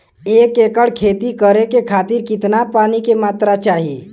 एक एकड़ खेती करे खातिर कितना पानी के मात्रा चाही?